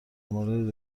مورد